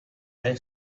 they